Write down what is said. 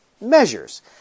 measures